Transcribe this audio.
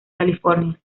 california